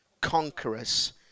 conquerors